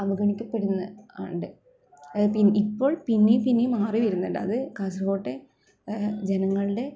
അവഗണിക്കപ്പെടുന്നത് കാണുന്നുണ്ട് ഇപ്പോൾ പിന്നേയും പിന്നേയും മാറി വരുന്നുണ്ട് അത് കാസർകോട്ടെ ജനങ്ങളുടെ